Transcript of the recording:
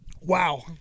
Wow